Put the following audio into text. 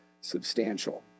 substantial